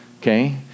okay